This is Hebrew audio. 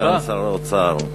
סגן שר האוצר,